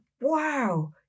Wow